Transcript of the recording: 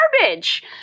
garbage